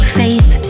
faith